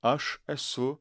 aš esu